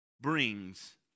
brings